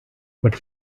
but